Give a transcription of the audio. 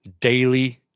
daily